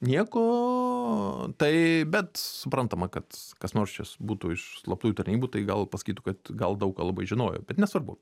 nieko tai bet suprantama kad kas nors čia būtų iš slaptųjų tarnybų tai gal pasakytų kad gal daug ką labai žinojo bet nesvarbu